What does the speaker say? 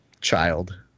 Child